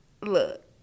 look